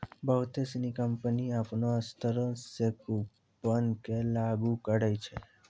बहुते सिनी कंपनी अपनो स्तरो से कूपन के लागू करै छै